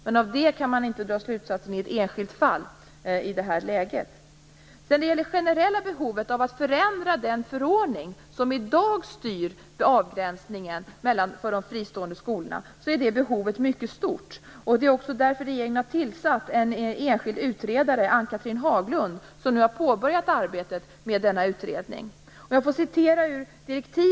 Men av det kan man inte dra slutsatser i ett enskilt fall. Det generella behovet att förändra den förordning som i dag styr avgränsning för de fristående skolorna är mycket stort. Det är också därför regeringen har tillsatt en enskild utredare, Ann-Cathrine Haglund, som nu har påbörjat arbetet med denna utredning.